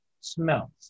smells